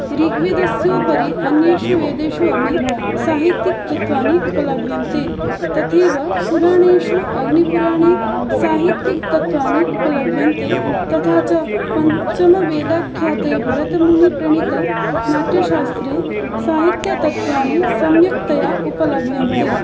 ऋग्वेदस्योपरि अन्येषु वेदेषु अपि साहित्यिक तत्त्वानि उपलभ्यन्ते तथैव पुराणेषु अग्निपुराणे साहित्यक् तत्त्वानि उपलभ्यन्ते तथा च पञ्चमवेदाख्याते भरतमुनिप्रणीत नाट्यशास्त्रे साहित्यतत्त्वानि सम्यक्तया उपलभ्यन्ते